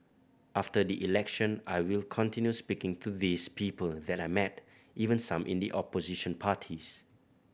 after the election I will continue speaking to these people that I met even some in the opposition parties